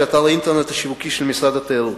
אתר האינטרנט השיווקי של משרד התיירות.